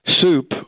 soup